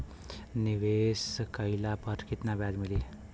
निवेश काइला पर कितना ब्याज मिली?